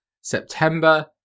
September